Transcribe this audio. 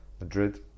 Madrid